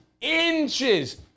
inches